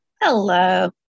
hello